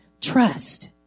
trust